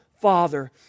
Father